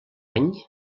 any